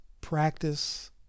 practice